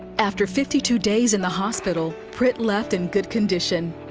after fifty two days in the hospital, prit left in good condition.